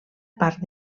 parc